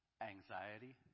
anxiety